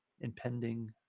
impending